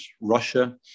Russia